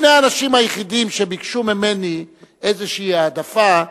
שני האנשים היחידים שביקשו ממני איזושהי העדפה,